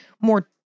more